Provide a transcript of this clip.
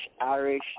Irish